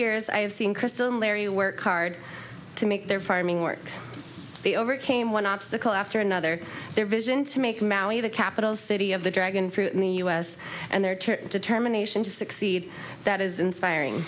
years i have seen custom larry work hard to make their farming work they overcame one obstacle after another their vision to make maui the capital city of the dragon fruit in the us and their determination to succeed that is inspiring